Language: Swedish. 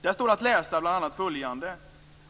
Där står att läsa bl.a. följande: